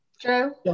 True